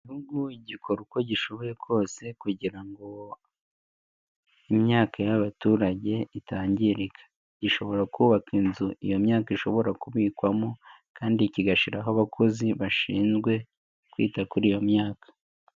Igihugu gikora uko gishoboye kose kugira ngo imyaka y'abaturage itangirika, gishobora kubaka inzu iyo myaka ishobora kubikwamo, kandi kigashyiraho abakozi bashinzwe kwita kuri iyo myaka.